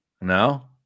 No